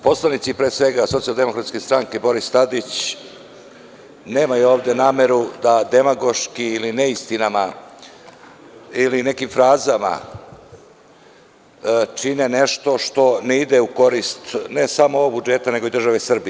Poslanici, pre svega, Socijaldemokratske stranke – Boris Tadić nemaju ovde nameru da demagoški ili neistinama, ili nekim frazama čine nešto što ne ide u korist ne samo ovog budžeta nego i države Srbije.